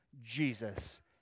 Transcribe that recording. Jesus